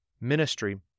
ministry